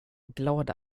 glada